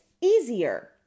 easier